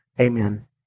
Amen